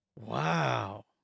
wow